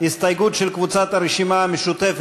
הסתייגות של חברי הכנסת אוסאמה סעדי,